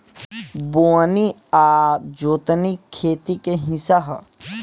बोअनी आ जोतनी खेती के हिस्सा ह